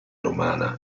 romana